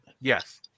Yes